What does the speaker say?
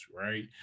right